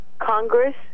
Congress